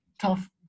tough